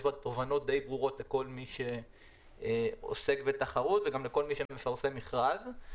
יש בה תובנות די ברורות לכל מי שעוסק בתחרות וגם לכל מי שמפרסם מכרז.